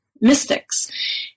mystics